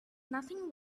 nothing